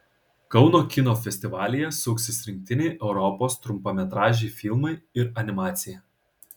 kauno kino festivalyje suksis rinktiniai europos trumpametražiai filmai ir animacija